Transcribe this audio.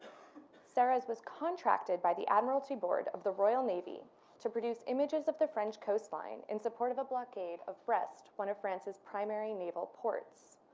serres was contracted by the admiralty board of the royal navy to produce images of the french coastline in support of a blockade of brest, one of france's primary naval ports.